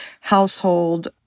household